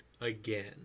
again